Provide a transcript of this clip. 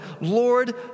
Lord